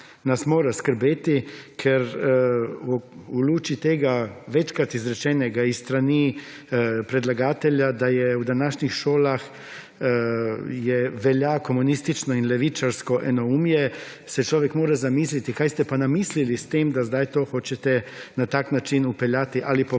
nas mora skrbeti, ker v luči tega večkrat izrečenega s strani predlagatelja, da je v današnjih šolah, velja komunistično in levičarsko enoumje, se človek mora zamisliti, kaj ste pa namislili s tem, da zdaj to hočete na tak način vpeljati ali popravljati.